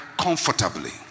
comfortably